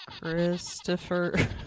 Christopher